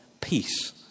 peace